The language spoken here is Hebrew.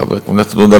חבר הכנסת עודה,